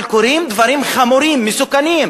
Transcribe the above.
אבל קורים דברים חמורים, מסוכנים,